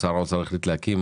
ששר האוצר החליט להקים.